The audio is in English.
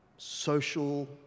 social